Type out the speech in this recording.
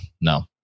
No